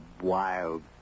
wild